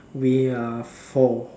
we are four